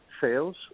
sales